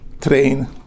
train